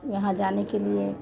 यहाँ जाने के लिए